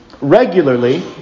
Regularly